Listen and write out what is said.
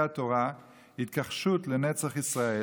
ושלטון תורה היא התכחשות למקור ונצח ישראל,